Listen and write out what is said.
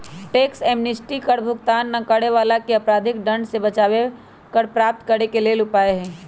tax amnesty कर भुगतान न करे वलाके अपराधिक दंड से बचाबे कर प्राप्त करेके लेल उपाय हइ